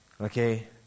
Okay